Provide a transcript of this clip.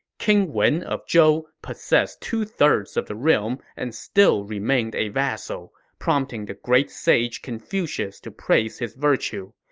king wen of zhou possessed two-thirds of the realm and still remained a vassal, prompting the great sage confucius to praise his virtue.